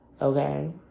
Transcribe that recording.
Okay